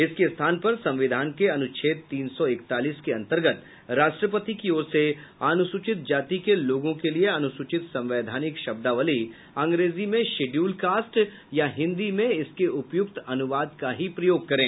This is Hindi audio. इसके स्थान पर संविधान के अनुच्छेद तीन सौ इकतालीस के अंतर्गत राष्ट्रपति की ओर से अनुसूचित जाति के लोगों के लिये अधिसूचित संवैधानिक शब्दावली अंग्रेजी में शेड्यूल कास्ट या हिन्दी में इसके उपयुक्त अनुवाद का ही प्रयोग करें